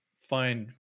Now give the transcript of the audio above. find